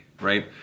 Right